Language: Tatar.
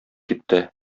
китте